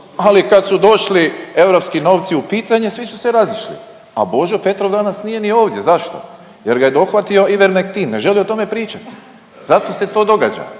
ali kad su došli europski novci u pitanje svi su se razišli, a Božo Petrov danas nije ni ovdje, zašto, jer ga je dohvatio …/Govornik se ne razumije./…ne želi o tome pričati, zato se to događa